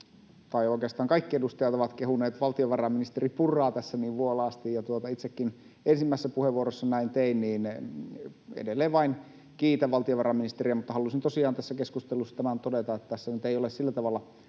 asia. Oikeastaan kaikki edustajat ovat kehuneet valtiovarainministeri Purraa tässä vuolaasti, ja itsekin ensimmäisessä puheenvuorossa näin tein ja edelleen vain kiitän valtiovarainministeriä, mutta halusin tosiaan tässä keskustelussa tämän todeta, että tässä nyt ei ole sillä tavalla